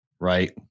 Right